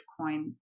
Bitcoin